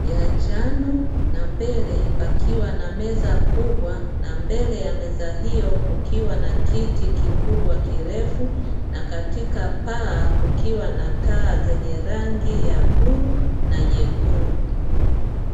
ya njano na mbele pakiwa na meza kubwa na mbele ya meza hiyo kukiwa kiti kikubwa kirefu. na katika paa kukiwa na taa zenye rangi ya bluu na nyekundu.